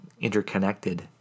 interconnected